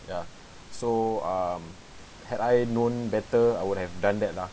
ya so um had I known better I would have done that lah